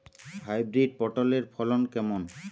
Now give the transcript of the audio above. Hybrid পটলের ফলন কেমন?